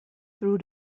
through